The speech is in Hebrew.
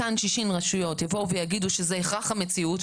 אותן 60 רשויות יבואו ויגידו שזה הכרח המציאות,